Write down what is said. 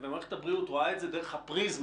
ומערכת הבריאות רואה את זה דרך הפריזמה,